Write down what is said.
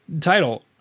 title